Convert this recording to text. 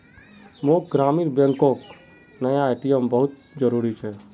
मोक ग्रामीण बैंकोक नया ए.टी.एम बहुत जरूरी छे